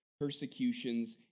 persecutions